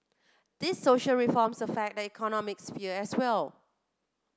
these social reforms affect the economic sphere as well